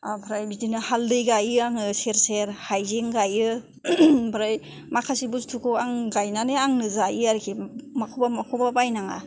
ओमफ्राय बिदिनो हाल्दै गायो आङो सेर सेर हायजें गायो ओमफ्राय माखासे बुस्तुखौ आं गायनानै आंनो जायो आरोखि बबेखौबा बबेखौबा बायनाङा